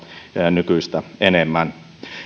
nykyistä enemmän